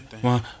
one